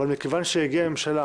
אבל מכיוון שהגיעה הממשלה